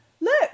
Look